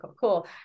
cool